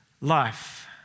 life